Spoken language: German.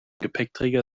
gepäckträger